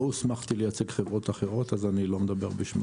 לא הוסמכתי לייצג חברות אחרות אז אני לא מדבר בשמן.